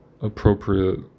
appropriate